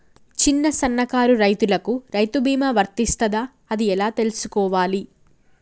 చిన్న సన్నకారు రైతులకు రైతు బీమా వర్తిస్తదా అది ఎలా తెలుసుకోవాలి?